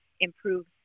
improve